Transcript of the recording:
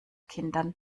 kindern